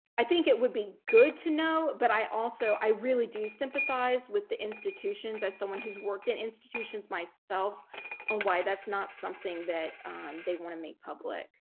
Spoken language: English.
i think it would be good to know but i also i really do sympathize with the institutions as someone who's worked in institutions myself on why that's not something that they want to make public.